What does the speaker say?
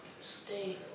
stay